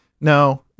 No